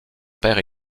père